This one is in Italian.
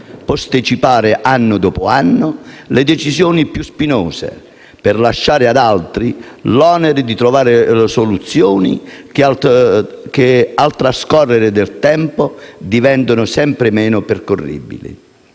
posticipare, anno dopo anno, le decisioni più spinose per lasciare ad altri l'onere di trovare soluzioni che al trascorrere del tempo diventano sempre meno percorribili.